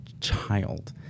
child